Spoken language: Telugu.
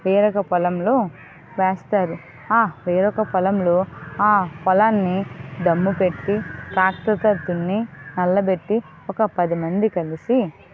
వేరొక పొలంలో వేస్తారు ఆ వేరొక పొలంలో ఆ పొలాన్ని దమ్ము పెట్టి ట్రాక్టర్తో దున్ని నల్ల పెట్టి ఒక పదిమంది కలిసి